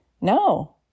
no